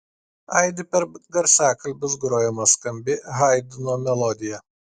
aidi per garsiakalbius grojama skambi haidno melodija